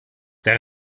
der